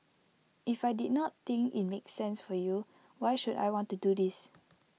if I did not think IT make sense for you why should I want to do this